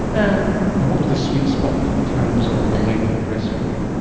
um and what was the sweet spot in terms of the length of breastfeeding?